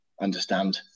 understand